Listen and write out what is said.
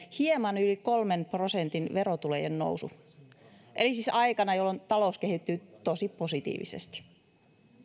hieman yli kolmen prosentin verotulojen nousu eli siis aikana jolloin talous kehittyi tosi positiivisesti